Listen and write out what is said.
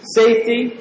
safety